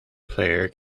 player